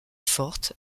fort